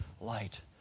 light